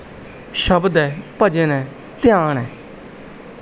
ਸ਼ਬਦ ਹੈ ਭਜਨ ਹੈ ਧਿਆਨ ਹੈ